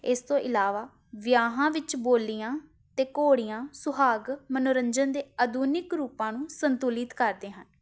ਇਸ ਤੋਂ ਇਲਾਵਾ ਵਿਆਹਾਂ ਵਿੱਚ ਬੋਲੀਆਂ ਅਤੇ ਘੋੜੀਆਂ ਸੁਹਾਗ ਮਨੋਰੰਜਨ ਦੇ ਆਧੁਨਿਕ ਰੂਪਾਂ ਨੂੰ ਸੰਤੁਲਿਤ ਕਰਦੇ ਹਨ